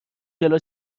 جلو